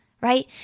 right